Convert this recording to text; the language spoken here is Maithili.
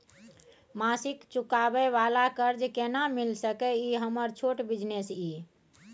मासिक चुकाबै वाला कर्ज केना मिल सकै इ हमर छोट बिजनेस इ?